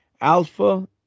Alpha